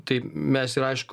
tai mes ir aišku